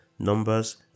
Numbers